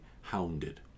hounded